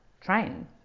train